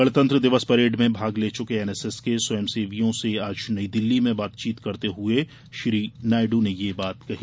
गणतंत्र दिवस परेड में भाग ले चुके एनएसएस के स्वयंसेवियों से आज नई दिल्ली में बातचीत करते हुए श्री नायडू ने यह बात कही